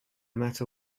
matter